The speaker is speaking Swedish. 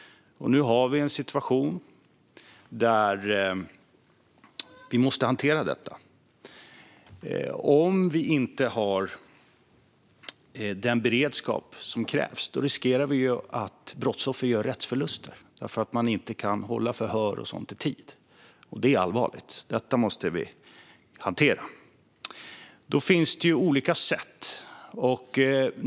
Nu har vi en situation där vi måste hantera det här. Om vi inte har den beredskap som krävs riskerar vi att brottsoffer gör rättsförluster därför att man inte kan hålla förhör och sådant i tid. Det är allvarligt. Detta måste vi hantera. Då finns det olika sätt.